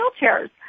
wheelchairs